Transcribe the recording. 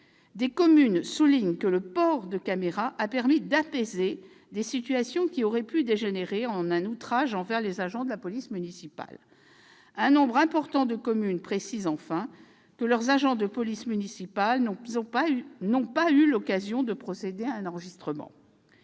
Des communes soulignent que, grâce au port de caméras, il a été possible d'apaiser des situations qui auraient pu dégénérer en un outrage envers les agents de police municipale. De nombreuses communes précisent, enfin, que leurs agents de police municipale n'ont pas eu l'occasion de procéder à un enregistrement.